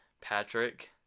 Patrick